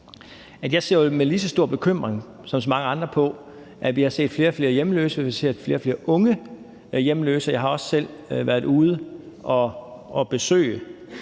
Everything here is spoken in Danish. jeg ser med lige så stor bekymring som så mange andre på, at vi har set, at der bliver flere og flere hjemløse, at vi ser, at der bliver flere og flere unge hjemløse. Jeg har også selv været ude at besøge